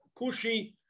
Kushi